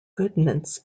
goodness